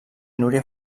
núria